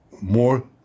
more